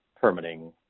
permitting